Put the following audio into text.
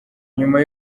nyuma